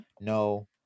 No